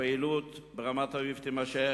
הפעילות ברמת-אביב תימשך,